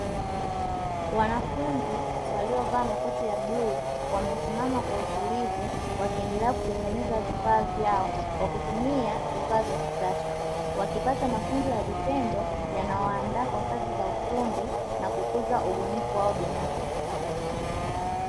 Wanafunzi waliovaa makoti ya bluu wamesimama kwa utulivu. Wakiendelea kutengeneza vifaa vyao kwa kutumia vifaa vya kisasa. Wakipata mafunzo ya vitendo yanayowaanda kwa kazi za ufundi, na kukuza ubunifu wao binafsi.